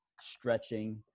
stretching